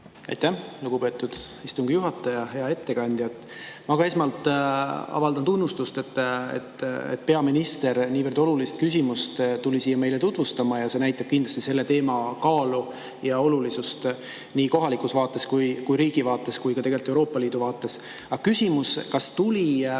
Aitäh, lugupeetud istungi juhataja! Hea ettekandja! Ma ka esmalt avaldan tunnustust, et peaminister niivõrd olulist küsimust tuli siia meile tutvustama. See näitab kindlasti selle teema kaalu ja olulisust nii kohalikus, riigi vaates kui ka tegelikult Euroopa Liidu vaates. Aga küsimus: kas tuli teie